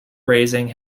raising